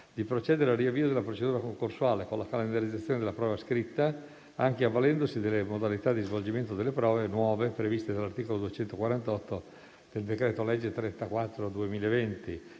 di procedere al riavvio della procedura concorsuale con la calendarizzazione della prova scritta, anche avvalendosi delle modalità di svolgimento delle nuove prove previste dall'articolo 248 del decreto-legge n. 34 del 2020,